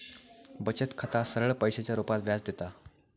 बचत खाता सरळ पैशाच्या रुपात व्याज देता